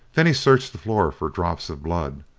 then he searched the floor for drops of blood,